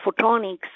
photonics